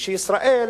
ואומר שישראל